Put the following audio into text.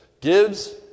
gives